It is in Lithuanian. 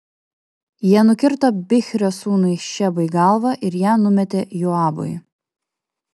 jie nukirto bichrio sūnui šebai galvą ir ją numetė joabui